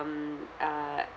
mm uh